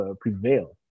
prevail